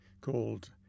called